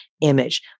image